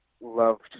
loved